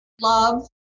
love